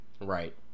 right